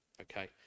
okay